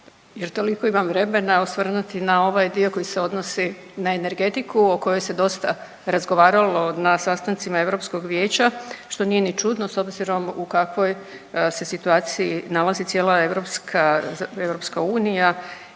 toliko imam vremena osvrnuti na ovaj dio koji se odnosi na energetiku o kojoj se dosta razgovaralo na sastancima Europskog vijeća što nije ni čudno s obzirom u kakvoj se situaciji nalazi cijela EU i